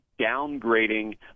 downgrading